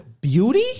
beauty